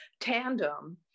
tandem